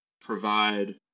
provide